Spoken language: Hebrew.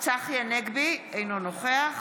צחי הנגבי, אינו נוכח